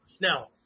Now